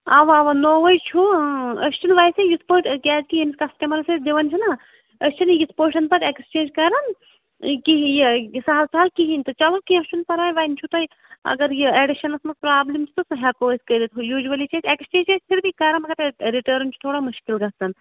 اوا اوا نوٚوٕے چھُ ٲں أسۍ چھِنہٕ ویسے یِتھ پٲٹھۍ کیازِ کہِ ییٚمِس کَسٹَمَرَس أسۍ دِوان چھِنا أسۍ چھِنہٕ یِتھ پٲٹھۍ پَتہٕ ایکسچینج کَران کِہیٖنۍ یہِ سَہَل سَہَل کِہیٖنۍ تہِ چلو کیٚنٛہہ چھُنہٕ پرواے وۄنۍ چھُو تۄہہِ اگر یہِ ایڈِشَنَس مَنٛز پرابلٕم چھِ تہٕ سُہ ہیکو أسۍ کٔرِتھ وۄنۍ یوجؤلی چھِ أسۍ ایکسچینج چھِ أسۍ پھر بی کَران مگر رِٹٲرٕن چھِ تھوڑا مُشکِل گَژھان